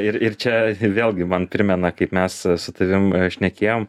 ir ir čia vėlgi man primena kaip mes su tavim šnekėjom